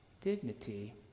dignity